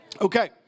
Okay